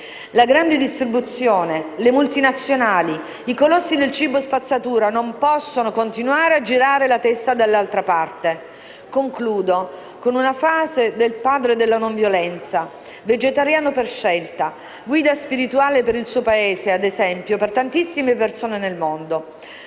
La grande distribuzione, le multinazionali, i colossi del cibo-spazzatura non possono continuare a girare la testa dall'altra parte. Concludo con una frase del padre della non violenza, vegetariano per scelta, guida spirituale per il suo Paese ed esempio per tantissime persone nel mondo.